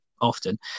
often